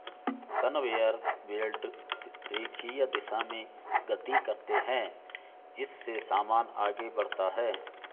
conveyor belt रेखीय दिशा में गति करते हैं जिससे सामान आगे बढ़ता है